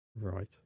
right